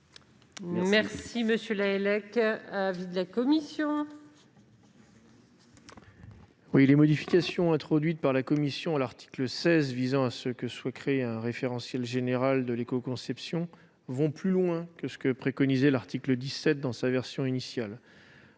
initiale. Quel est l'avis de la commission ? Les modifications introduites par la commission à l'article 16, visant à ce que soit créé un référentiel général de l'écoconception, vont plus loin que ce que préconisait l'article 17 dans sa version initiale